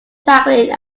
tackling